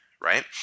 right